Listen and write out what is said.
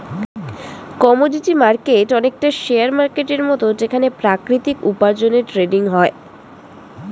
commodity market অনেকটা share মার্কেটের মত যেখানে প্রাকৃতিক উপার্জনের ট্রেডিং হয়